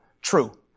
True